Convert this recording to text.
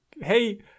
hey